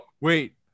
wait